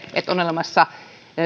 että on olemassa